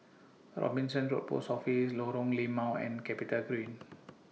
Robinson Road Post Office Lorong Limau and Capitagreen